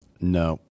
No